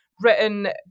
written